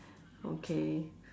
okay